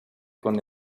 con